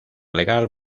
legal